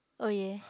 oh ya